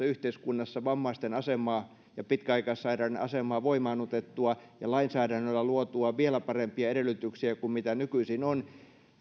yhteiskunnassa vammaisten ja pitkäaikaissairaiden asemaa voimaannutettua ja lainsäädännöllä luotua vielä parempia edellytyksiä kuin mitä nykyisin on